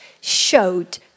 showed